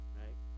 right